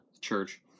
church